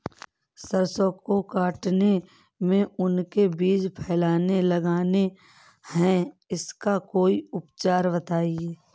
सरसो को काटने में उनके बीज फैलने लगते हैं इसका कोई उपचार बताएं?